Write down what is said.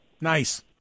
Nice